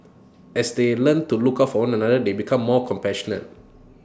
as they learn to look out for one another they become more compassionate